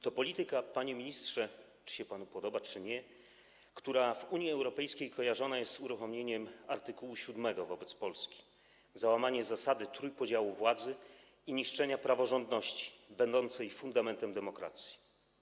To polityka, panie ministrze, czy się panu podoba, czy nie, która w Unii Europejskiej kojarzona jest z uruchomieniem art. 7 wobec Polski za łamanie zasady trójpodziału władzy i niszczenie praworządności będącej fundamentem demokracji.